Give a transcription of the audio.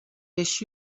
així